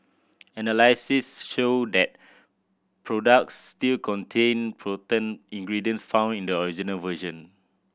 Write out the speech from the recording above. analysis showed that products still contained potent ingredients found in the original version